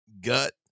gut